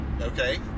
Okay